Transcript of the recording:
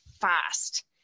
fast